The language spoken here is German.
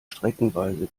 streckenweise